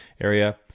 area